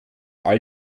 all